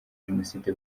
jenoside